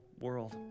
world